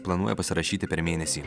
jis planuoja pasirašyti per mėnesį